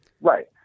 Right